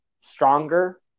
stronger